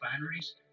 refineries